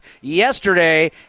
yesterday